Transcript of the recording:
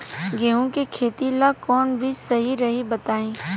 गेहूं के खेती ला कोवन बीज सही रही बताई?